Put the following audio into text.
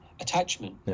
attachment